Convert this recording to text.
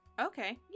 okay